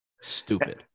stupid